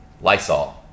Lysol